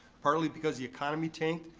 partly because the economy tanked,